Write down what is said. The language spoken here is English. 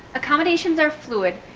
accommodations are fluid,